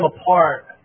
apart